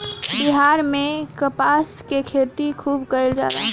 बिहार में कपास के खेती खुब कइल जाला